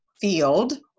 field